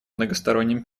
многосторонним